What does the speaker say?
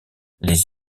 les